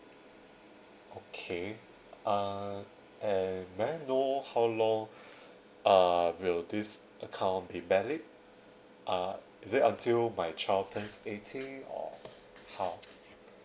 okay uh and may I know how long uh will this account be valid uh is it until my child turns eighteen or how